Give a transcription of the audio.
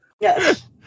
Yes